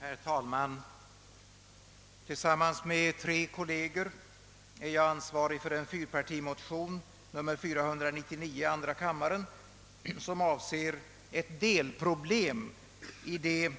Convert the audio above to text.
Herr talman! Tillsammans med tre kolleger är jag ansvarig för en fyrpartimotion, nr 499 i andra kammaren, som avser ett delproblem i det